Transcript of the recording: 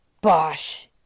Bosh